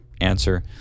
answer